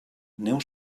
neu